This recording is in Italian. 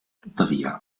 tuttavia